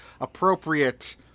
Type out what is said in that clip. appropriate